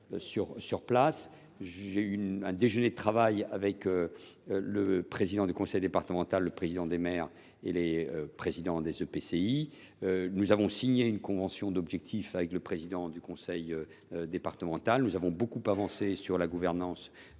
Mayotte. J’ai eu un déjeuner de travail avec le président du conseil départemental, le président de l’AMM et les présidents des EPCI. J’ai signé une convention d’objectifs avec le président du conseil départemental. Nous avons beaucoup avancé sur la gouvernance